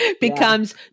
becomes